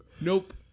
Nope